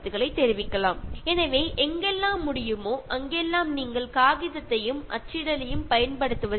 നിങ്ങൾക്ക് ഒഴിവാക്കാൻ കഴിയുന്ന സ്ഥലങ്ങളിലൊക്കെ പേപ്പർ പ്രിന്റിംഗ് ചെയ്യുന്നത് ഒഴിവാക്കുക